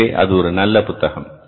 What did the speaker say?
எனவே அது ஒரு நல்ல புத்தகம்